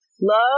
Love